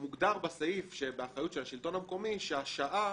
מוגדר בסעיף באחריות השלטון המקומי, שההסעה